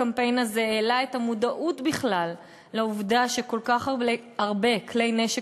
הקמפיין הזה העלה את המודעות בכלל לעובדה שכל כך הרבה כלי נשק